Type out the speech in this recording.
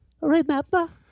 remember